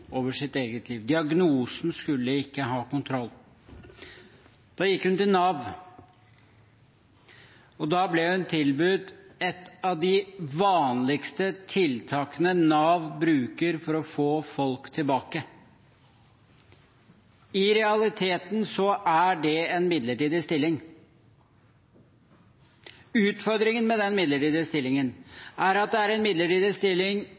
over sitt eget liv. Diagnosen skulle ikke ha kontroll. Hun gikk til Nav, og der ble hun tilbudt et av de vanligste tiltakene Nav bruker for å få folk tilbake. I realiteten er det en midlertidig stilling. Utfordringen med den midlertidige stillingen er at det er en midlertidig stilling